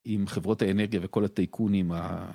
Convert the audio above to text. עם חברות האנרגיה וכל הטייקונים ה..